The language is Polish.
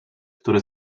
które